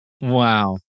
Wow